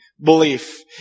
belief